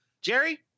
Jerry